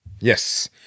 Yes